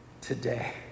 Today